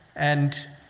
and